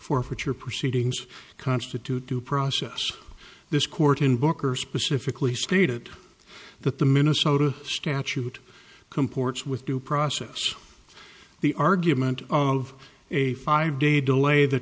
forfeiture proceedings constitute due process this court in booker specifically stated that the minnesota statute comports with due process the argument of a five day delay th